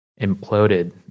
imploded